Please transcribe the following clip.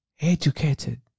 educated